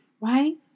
right